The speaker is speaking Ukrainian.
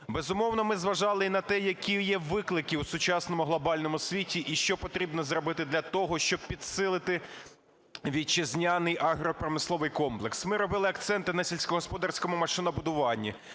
Безумовно, ми зважали на те, які є виклики у сучасному глобальному світі, і що потрібно зробити для того, щоб підсилити вітчизняний агропромисловий комплекс. Ми робили акценти на сільськогосподарському машинобудуванні,